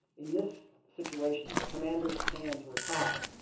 in this situation the commander's hands were tied